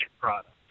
products